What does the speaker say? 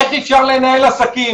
איך אפשר לנהל עסקים?